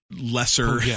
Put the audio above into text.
lesser